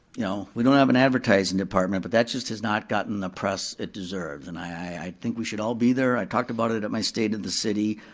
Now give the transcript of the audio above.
you know, we don't have an advertising department, but that just has not gotten the press it deserves. and i think we should all be there, i talked about it it at my state of the city.